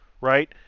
right